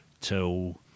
till